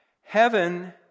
Heaven